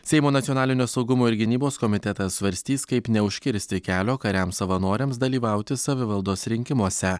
seimo nacionalinio saugumo ir gynybos komitetas svarstys kaip neužkirsti kelio kariams savanoriams dalyvauti savivaldos rinkimuose